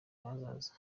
hazaza